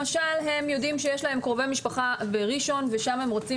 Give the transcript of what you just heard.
הם למשל יודעים שיש להם קרובי משפחה בראשון ושם הם רוצים